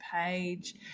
page